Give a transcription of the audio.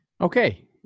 Okay